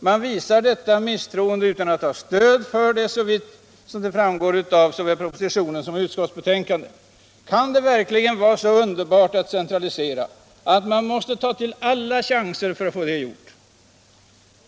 Man visar detta misstroende utan att ha stöd för det, såvitt framgår av såväl propositionen som utskottsbetänkandet. Kan det verkligen vara så underbart att centralisera att man måste ta alla chanser för att få det gjort?